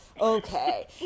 Okay